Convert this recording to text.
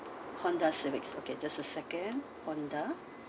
Honda civic okay just a second Honda